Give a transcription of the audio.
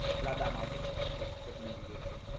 grab that market share. so recommend you do it too.